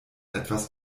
etwas